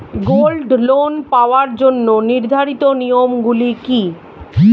Gold loan পাওয়ার জন্য নির্ধারিত নিয়ম গুলি কি?